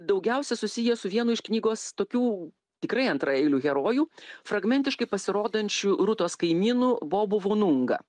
daugiausia susiję su vienu iš knygos tokiu tikrai antraeiliu heroju fragmentiškai pasirodančiu rūtos kaimynu bobu vonunga